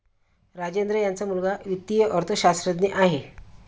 राजेंद्र यांचा मुलगा वित्तीय अर्थशास्त्रज्ञ आहे